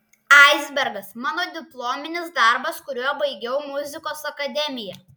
aisbergas mano diplominis darbas kuriuo baigiau muzikos akademiją